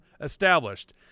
established